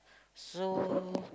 so